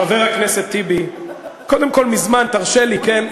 חבר הכנסת טיבי, קודם כול, מזמן, תרשה לי, כן?